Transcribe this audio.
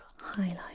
highlight